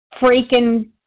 freaking